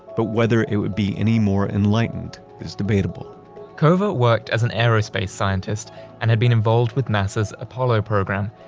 but whether it would be any more enlightened is debatable cover worked as an aerospace scientist and had been involved with nasa's apollo program.